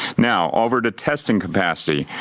now over to testing capacity.